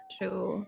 True